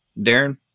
Darren